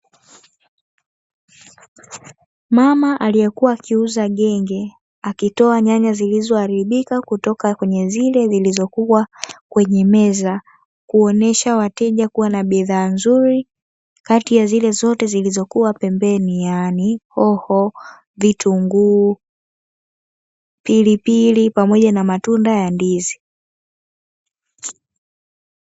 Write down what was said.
Mama aliyekuwa akiuza genge, akitoa nyanya zilizoharibika kutoka kwenye zile zilizokuwa kwenye meza, kuonyesha wateja kuwa na bidhaa nzuri kati ya zile zote zilizokuwa pembeni, yaani hoho, vitunguu, pilipili pamoja na matunda ya ndizi.